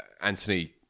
Anthony